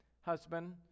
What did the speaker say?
husband